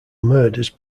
murders